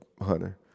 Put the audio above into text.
Hunter